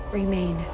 remain